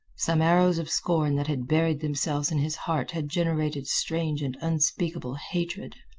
some arrows of scorn that had buried themselves in his heart had generated strange and unspeakable hatred.